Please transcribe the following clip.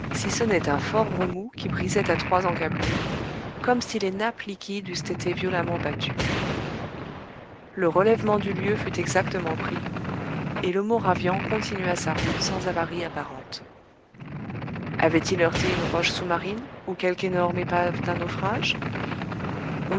si ce n'est un fort remous qui brisait à trois encablures comme si les nappes liquides eussent été violemment battues le relèvement du lieu fut exactement pris et le moravian continua sa route sans avaries apparentes avait-il heurté une roche sous-marine ou quelque énorme épave d'un naufrage